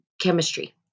chemistry